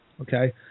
okay